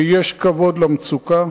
ויש כבוד למצוקה,